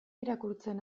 irakurtzen